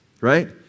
right